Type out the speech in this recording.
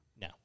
No